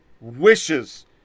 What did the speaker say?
wishes